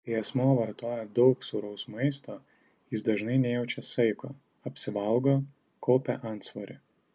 kai asmuo vartoja daug sūraus maisto jis dažnai nejaučia saiko apsivalgo kaupia antsvorį